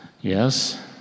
yes